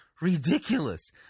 ridiculous